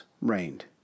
reigned